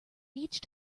each